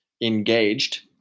engaged